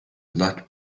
lot